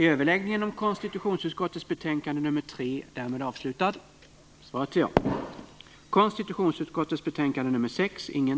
Herr talman!